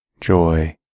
joy